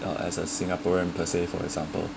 uh as a singaporean per say for example